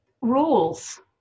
rules